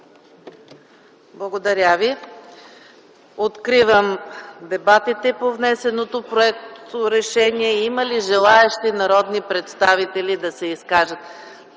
Благодаря Ви. Откривам дебатите по внесеното проекторешение. Има ли народни представители, желаещи да се изкажат?